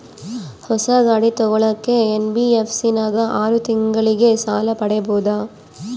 ಹೊಸ ಗಾಡಿ ತೋಗೊಳಕ್ಕೆ ಎನ್.ಬಿ.ಎಫ್.ಸಿ ನಾಗ ಆರು ತಿಂಗಳಿಗೆ ಸಾಲ ಪಡೇಬೋದ?